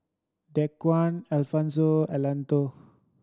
Dequan Alfonse Antone